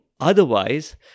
Otherwise